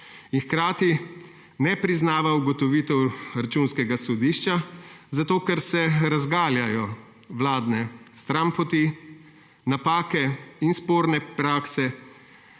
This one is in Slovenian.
in hkrati ne priznava ugotovitev Računskega sodišča, zato ker se razgaljajo vladne stranpoti, napake, sporne prakse,